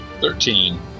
Thirteen